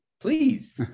please